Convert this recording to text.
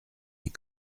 mes